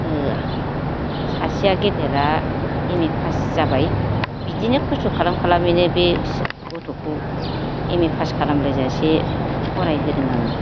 सासेया गेदेरा M A pass जाबाय बिदिनो खस्थ' खालाम खालामैनो बे गथ'खौ एम ए पास खालामलायजासे फरायहोदों आङो